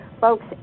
Folks